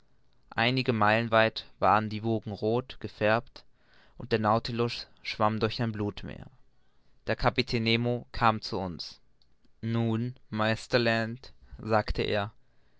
einige meilen weit waren die wogen roth gefärbt und der nautilus schwamm durch ein blutmeer der kapitän nemo kam zu uns nun meister land sagte er